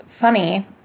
funny